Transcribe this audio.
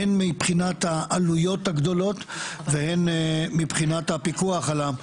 הן מבחינת העלויות הגדולות והן מבחינת הפיקוח על התנועה,